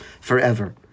forever